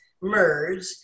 merge